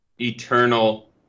eternal